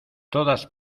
todas